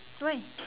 why